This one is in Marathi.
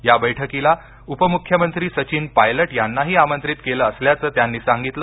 या बैठकीला उपमुख्यमंत्री सचिन पायलट यानाही आमंत्रित केलं असल्याचं सांगितलं